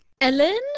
Ellen